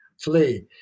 Flee